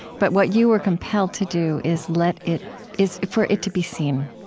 but what you were compelled to do is let it is for it to be seen.